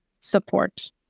support